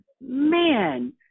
man